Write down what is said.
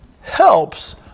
helps